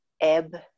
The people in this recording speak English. ebb